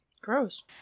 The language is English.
gross